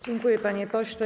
Dziękuję, panie pośle.